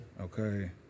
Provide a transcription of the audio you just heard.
Okay